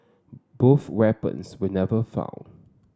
both weapons were never found